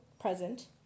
present